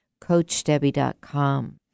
CoachDebbie.com